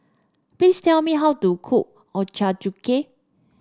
please tell me how to cook Ochazuke